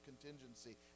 contingency